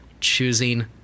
choosing